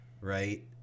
right